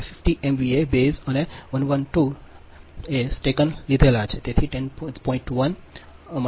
હવે અમે 50 MVA base અને 112 ડ takenલ લીધા છે તેથી તેથી તે 0